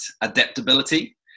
adaptability